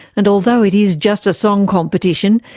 and although it is just a song competition,